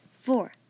four